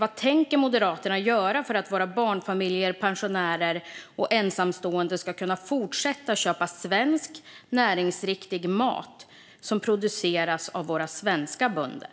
Vad tänker Moderaterna göra för att våra barnfamiljer, pensionärer och ensamstående ska kunna fortsätta att köpa svensk näringsriktig mat som produceras av våra svenska bönder?